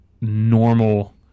normal